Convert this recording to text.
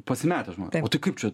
pasimetę žmonė o tai kaip čia